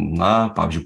na pavyzdžiui